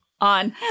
on